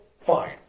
Fine